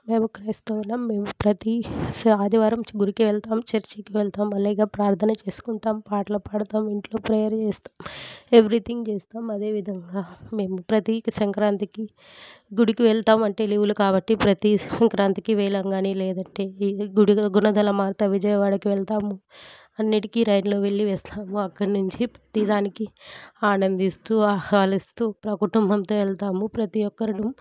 మేము క్రైస్తవులం మేము ప్రతి ఆదివారం గుడికి వెళ్తాం చర్చికి వెళ్తాం అలాగే ప్రార్థనలు చేసుకుంటాం పాటలు పాడుతాం ఇంట్లో ప్రేయర్ చేస్తాం ఎవిరీథింగ్ చేస్తాం అదేవిధంగా మేము ప్రతి సంక్రాంతికి గుడికి వెళ్తాం అంటే లీవులు కాబట్టి ప్రతి సంక్రాంతికి వేలంగిని లేదంటే ఈ గుడి గుణదల మాత విజయవాడకి వెళ్తాం అన్నిటికీ రైల్లో వెళ్ళి వస్తాం అక్కడి నుంచి తీరానికి ఆనందిస్తు ఆహ్వానిస్తు కుటుంబంతో వెళ్తాం ప్రతి ఒక్కరు